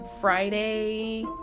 Friday